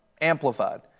Amplified